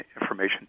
information